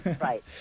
Right